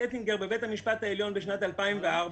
בבית המשפט העליון בשנת 2004,